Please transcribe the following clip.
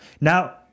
Now